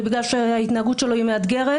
ובגלל שההתנהגות שלו היא מאתגרת,